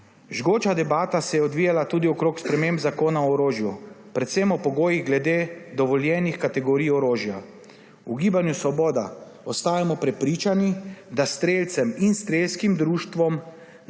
Žgoča debata se je odvijala tudi okoli sprememb Zakona o orožju, predvsem o pogojih glede dovoljenih kategorij orožja. V Gibanju Svoboda ostajamo prepričani, da strelcem in strelskim društvom